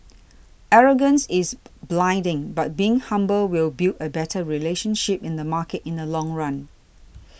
arrogance is blinding but being humble will build a better relationship in the market in the long run